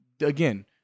again